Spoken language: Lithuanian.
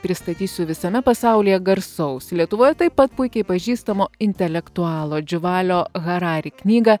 pristatysiu visame pasaulyje garsaus lietuvoje taip pat puikiai pažįstamo intelektualo džiuvalio harari knygą